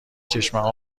چشمه